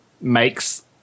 makes